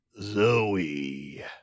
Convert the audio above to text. Zoe